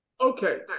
Okay